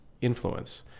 influence